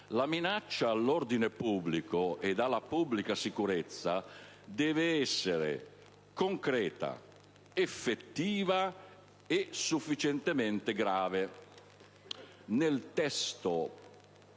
La minaccia all'ordine pubblico e alla pubblica sicurezza deve essere concreta, effettiva e sufficientemente grave;